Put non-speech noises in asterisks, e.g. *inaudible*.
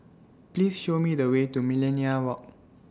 Please Show Me The Way to Millenia *noise* Walk